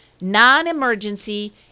non-emergency